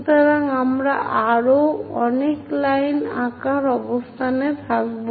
সুতরাং আমরা আরও অনেক লাইন আঁকার অবস্থানে থাকব